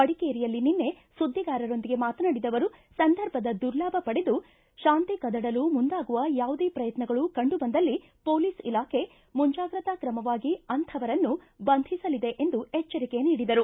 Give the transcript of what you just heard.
ಮಡಿಕೇರಿಯಲ್ಲಿ ನಿನ್ನೆ ಸುದ್ದಿಗಾರರೊಂದಿಗೆ ಮಾತನಾಡಿದ ಅವರು ಸಂದರ್ಭದ ದುರ್ಲಾಭ ಪಡೆದು ಶಾಂತಿ ಕದಡಲು ಮುಂದಾಗುವ ಯಾವುದೇ ಪ್ರಯತ್ನಗಳು ಕಂಡು ಬಂದಲ್ಲಿ ಪೊಲೀಸ್ ಇಲಾಖೆ ಮುಂಜಾಗ್ರತಾ ಕ್ರಮವಾಗಿ ಅಂಥವರನ್ನು ಬಂಧಿಸಲಿದೆ ಎಂದು ಎಚ್ಚರಿಕೆ ನೀಡಿದರು